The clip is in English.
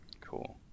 cool